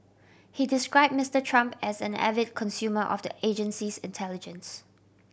he described Mister Trump as an avid consumer of the agency's intelligence